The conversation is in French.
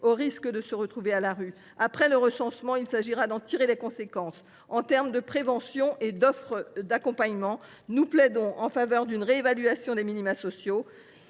au risque de se retrouver à la rue. Une fois le recensement effectué, il s’agira d’en tirer les conséquences en matière de prévention et d’offres d’accompagnement. Nous plaidons en faveur d’une réévaluation des minima sociaux